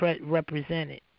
represented